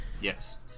Yes